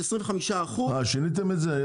25 אחוז --- אה שיניתם את זה?